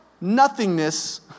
nothingness